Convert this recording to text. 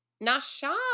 nasha